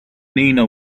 nina